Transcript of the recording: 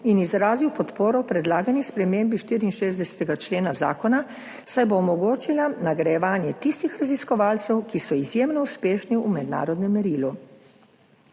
in izrazil podporo predlagani spremembi 64. člena zakona, saj bo omogočila nagrajevanje tistih raziskovalcev, ki so izjemno uspešni v mednarodnem merilu.